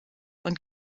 und